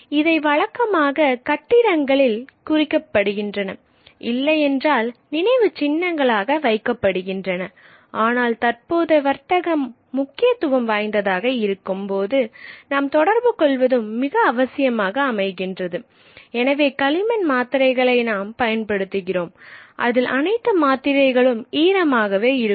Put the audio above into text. இதை வழக்கமாக கட்டிடங்களில் குறிக்கப்படுகின்றன இல்லையென்றால் நினைவுச் சின்னங்களாக வைக்கப்படுகின்றன ஆனால் தற்போது வர்த்தகம் முக்கியத்துவம் வாய்ந்ததாக இருக்கும் போது நாம் தொடர்பு கொள்வதும் மிக அவசியமாக அமைகின்றது எனவே களிமண் டேப்லெட்களை நாம் பயன்படுத்துகிறோம் அதில் அனைத்து டேப்லெட்களும் ஈரமாகவே இருக்கும்